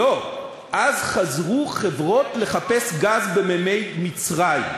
לא, אז חזרו חברות לחפש גם במימי מצרים.